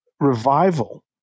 Revival